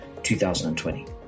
2020